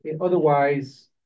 Otherwise